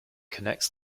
connects